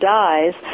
dies